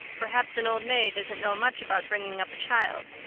perhaps an old maid doesn't know much about bringing up a child,